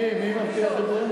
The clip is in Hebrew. עד תום הכנס, מי מבטיח את זה?